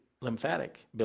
lymphatic